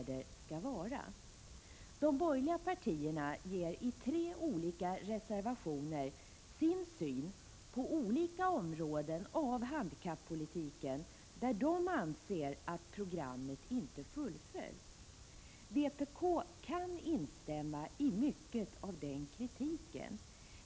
De borgerliga partierna ger i tre olika reservationer sin syn på olika områden av handikappolitiken, där de anser att programmet inte fullföljts. Vpk kan instämma i mycket av den kritiken.